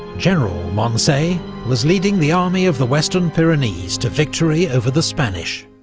general moncey was leading the army of the western pyrenees to victory over the spanish,